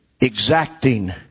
exacting